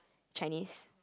Chinese